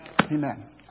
Amen